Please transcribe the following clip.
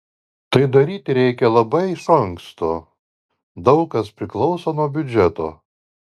tai daryti reikia labai iš anksto daug kas priklauso nuo biudžeto